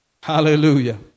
Hallelujah